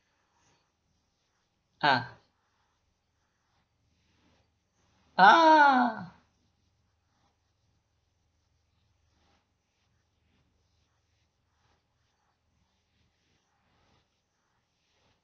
ah ah